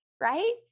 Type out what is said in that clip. right